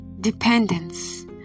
dependence